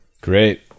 Great